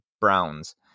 Browns